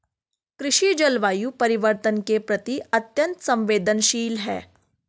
कृषि जलवायु परिवर्तन के प्रति अत्यंत संवेदनशील है